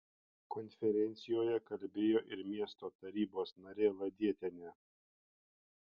konferencijoje kalbėjo ir miesto tarybos narė ladietienė